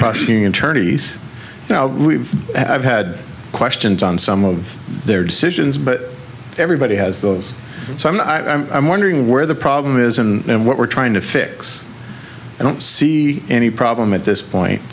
prosecuting attorneys now we have had questions on some of their decisions but everybody has those so i'm i'm i'm wondering where the problem is and what we're trying to fix i don't see any problem at this point